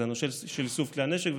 הנושא של איסוף כלי הנשק.